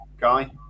guy